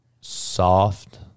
soft